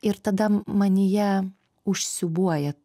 ir tada manyje užsiūbuoja